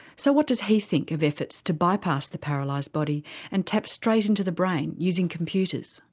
so what does he think of efforts to bypass the paralysed body and tap straight into the brain using computers?